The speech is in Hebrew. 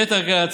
יתר על כן,